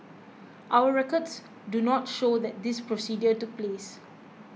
our records do not show that this procedure took place